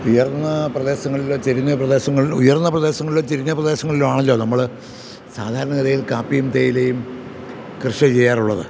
ഉയർന്ന പ്രദേശങ്ങളിലോ ചെരിഞ്ഞ പ്രദേശങ്ങളിൽ ഉയർന്ന പ്രദേശങ്ങളിലോ ചെരിഞ്ഞ പ്രദേശങ്ങളിലോ ആണല്ലോ നമ്മൾ സാധാരണഗതിയിൽ കാപ്പിയും തേയിലയും കൃഷി ചെയ്യാറുള്ളത്